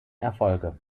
erfolge